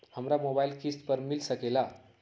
हमरा मोबाइल किस्त पर मिल सकेला?